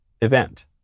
event